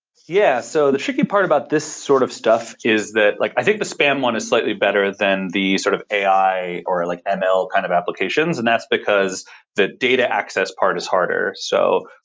yeah. so the tricky part about this sort of stuff is that like i think the spam one is slightly better than the sort of ai or like ah ml kind of applications, and that's because the data access part is harder. so,